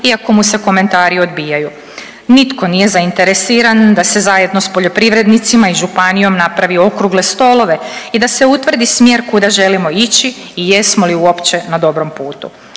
iako mu se komentari odbijaju. Nitko nije zainteresiran da se zajedno sa poljoprivrednicima i županijom napravi okrugle stolove i da se utvrdi smjer kuda želimo ići i jesmo li uopće na dobrom putu.